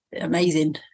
amazing